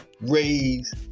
raise